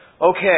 Okay